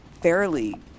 fairly